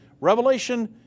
Revelation